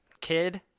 Kid